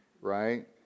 right